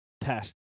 test